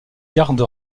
garde